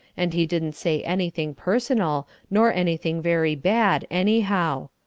and he didn't say anything personal, nor anything very bad, anyhow.